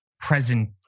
present